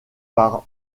par